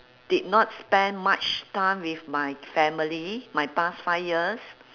did not spend much time with my family my past five years